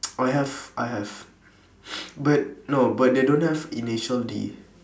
I have I have but no but they don't have initial D